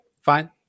fine